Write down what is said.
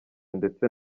ndetse